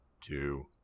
two